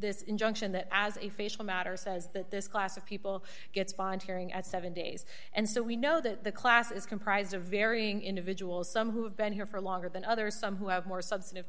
this injunction that as a facial matter says that this class of people gets bond hearing at seven days and so we know that the class is comprised of varying individuals some who have been here for longer than others some who have more substantive